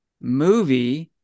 movie